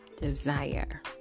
desire